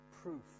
proof